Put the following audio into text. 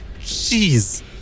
jeez